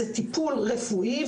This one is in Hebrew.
זהו טיפול רפואי,